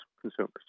consumers